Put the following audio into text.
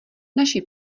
naši